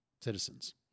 citizens